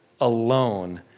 alone